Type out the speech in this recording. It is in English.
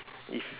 if